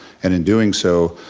and in doing so,